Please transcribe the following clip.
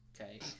okay